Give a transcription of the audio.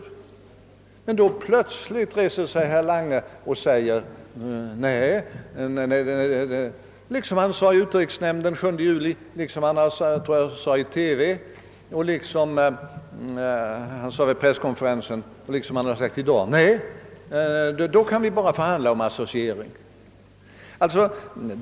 Herr Lange säger då plötsligt — som han sade i utrikesnämnden den 7 juli, i TV, vid presskonferensen och som han sagt tidigare i dag — att vi bara kan förhandla om associering.